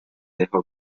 dejó